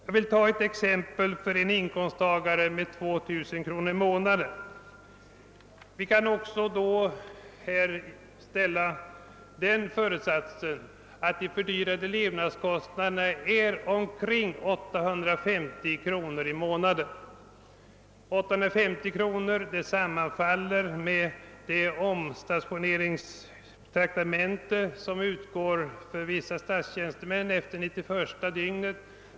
Jag vill ta en inkomsttagare med 2 000 kronor i månaden och utgår från den förutsättningen att de fördyrade levnadskostnaderna belöper sig till omkring 870 kronor i månaden. Detta belopp sammanfaller med det omstationeringstraktamente som utgår till vissa statstjänstemän efter det nittioförsta dygnet.